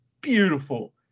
beautiful